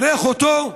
בירך אותו,